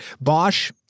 Bosch